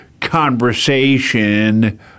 conversation